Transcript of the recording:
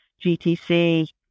GTC